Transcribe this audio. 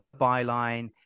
byline